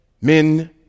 men